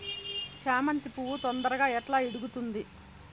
చామంతి పువ్వు తొందరగా ఎట్లా ఇడుగుతుంది?